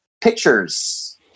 pictures